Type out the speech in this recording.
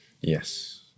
Yes